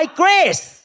grace